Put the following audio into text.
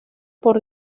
por